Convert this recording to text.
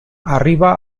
arriba